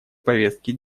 повестки